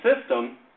system